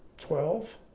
twelve?